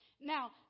Now